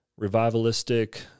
revivalistic